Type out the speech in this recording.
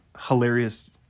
hilarious